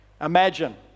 Imagine